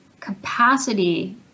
capacity